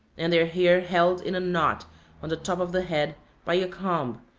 and their hair held in a knot on the top of the head by a comb,